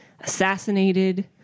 assassinated